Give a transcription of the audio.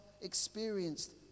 experienced